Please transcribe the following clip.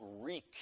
reek